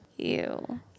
Ew